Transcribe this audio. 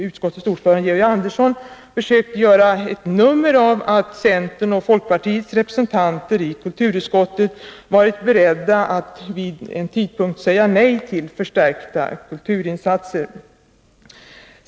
Utskottets ordförande Georg Andersson har försökt göra ett nummer av att centerns och folkpartiets representanter i kulturutskottet vid en viss tidpunkt skulle ha varit beredda att säga nej till förstärkta kulturinsatser.